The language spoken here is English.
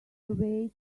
away